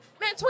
man